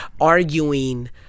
arguing